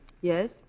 Yes